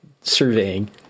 Surveying